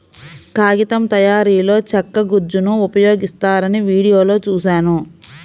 కాగితం తయారీలో చెక్క గుజ్జును ఉపయోగిస్తారని వీడియోలో చూశాను